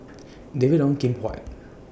David Ong Kim Huat